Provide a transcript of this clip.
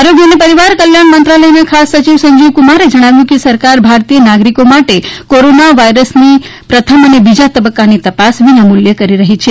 આરોગ્ય અને પરીવાર કલ્યાણ મંત્રાલયના ખાસ સચિવ સંજીવ કુમારે જણાવ્યું કે સરકાર ભારતીય નાગરીકો માટે કોરોના વાયરસની પ્રથમ અને બીજા તબકકાની તપાસ વિના મુલ્યે કરી રહી છે